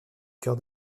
cœur